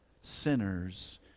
sinners